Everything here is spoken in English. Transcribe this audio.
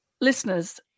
listeners